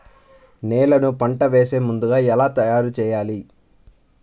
నేలను పంట వేసే ముందుగా ఎలా తయారుచేయాలి?